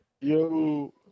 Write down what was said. Yo